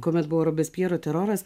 kuomet buvo robespjero teroras